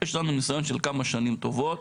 יש לנו ניסיון של כמה שנים טובות